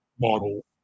model